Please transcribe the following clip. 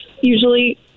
usually